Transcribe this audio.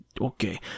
okay